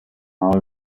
n’aho